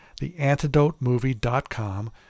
theantidotemovie.com